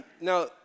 Now